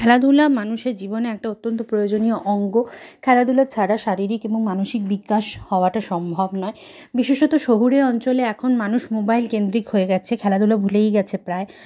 খেলাধুলা মানুষের জীবনে একটা অত্যন্ত প্রয়োজনীয় অঙ্গ খেলাধুলা ছাড়া শারীরিক এবং মানসিক বিকাশ হওয়াটা সম্ভব নয় বিশেষত শহুরে অঞ্চলে এখন মানুষ মোবাইল কেন্দ্রিক হয়ে গেছে খেলাধুলা ভুলেই গেছে প্রায়